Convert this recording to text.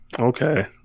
Okay